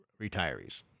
retirees